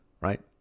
Right